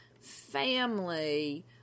family